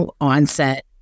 onset